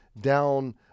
down